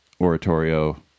oratorio